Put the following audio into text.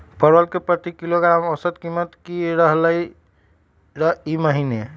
परवल के प्रति किलोग्राम औसत कीमत की रहलई र ई महीने?